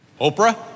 Oprah